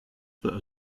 that